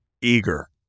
eager